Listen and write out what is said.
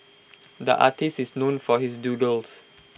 the artist is known for his doodles